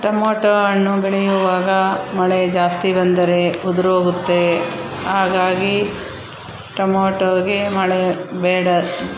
tomato ಹಣ್ಣು ಬೆಳೆಯುವಾಗ ಮಳೆ ಜಾಸ್ತಿ ಬಂದರೆ ಉದುರೋಗುತ್ತೆ ಹಾಗಾಗಿ ಟೊಮೊಟೋಗೆ ಮಳೆ ಬೇಡ